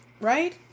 right